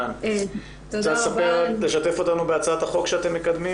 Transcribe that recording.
את רוצה לשתף אותנו בהצעת החוק שאתם מקדמים